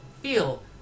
feel